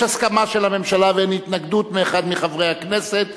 יש הסכמה של הממשלה ואין התנגדות מאחד מחברי הכנסת,